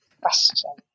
question